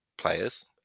players